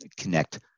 connect